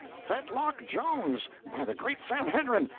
fetlock jones, by the great sanhedrim!